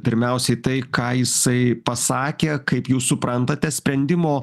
pirmiausiai tai ką jisai pasakė kaip jūs suprantate sprendimo